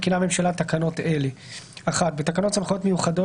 מתקינה הממשלה תקנות אלה: תיקון תקנה 2 בתקנות סמכויות מיוחדות